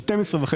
עם 12.5